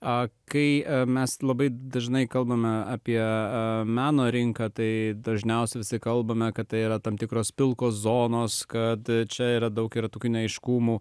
o kai mes labai dažnai kalbame apie meno rinką tai dažniausiai visi kalbame kad tai yra tam tikros pilkos zonos kad čia yra daug ir tokių neaiškumų